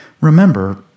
Remember